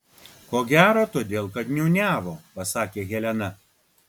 ko gero todėl kad niūniavo pasakė helena